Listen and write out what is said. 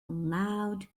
loud